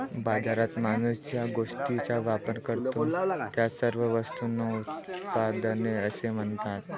बाजारात माणूस ज्या गोष्टींचा वापर करतो, त्या सर्व वस्तूंना उत्पादने असे म्हणतात